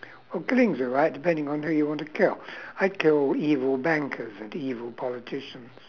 well killing's alright depending on who you want to kill I'd kill evil bankers and evil politicians